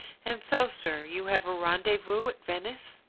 and so, sir, you have a rendezvous at venice?